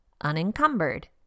Unencumbered